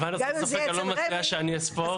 למען הסר ספק, אני לא מציע שאני אספור.